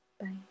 bye